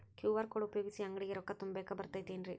QR code ಉಪಯೋಗಿಸಿ, ಅಂಗಡಿಗೆ ರೊಕ್ಕಾ ತುಂಬಾಕ್ ಬರತೈತೇನ್ರೇ?